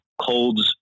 colds